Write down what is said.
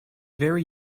very